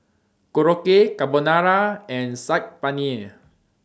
Korokke Carbonara and Saag Paneer